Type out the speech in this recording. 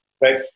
right